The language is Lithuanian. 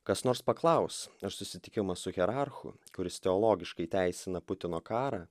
kas nors paklaus ar susitikimas su hierarchu kuris teologiškai teisina putino karą